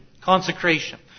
consecration